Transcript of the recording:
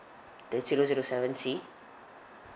the zero zero seven C